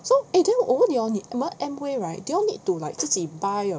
so adrian 我问你 hor 你们 Amway right do you all need to like 自己 buy a